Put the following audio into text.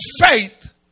faith